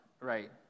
right